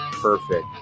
perfect